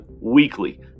weekly